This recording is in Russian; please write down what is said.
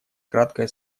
краткое